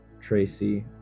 Tracy